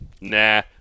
Nah